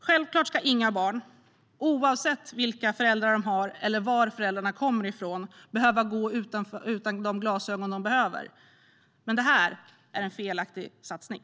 Självklart ska inga barn, oavsett vilka föräldrar de har eller var föräldrarna kommer ifrån, behöva gå utan de glasögon de behöver. Det här är dock en felriktad satsning.